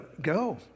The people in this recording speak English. go